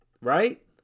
right